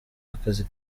akazi